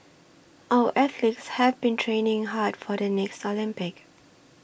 our athletes have been training hard for the next Olympics